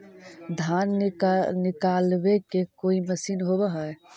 धान निकालबे के कोई मशीन होब है का?